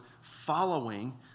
following